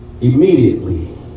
Immediately